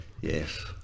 Yes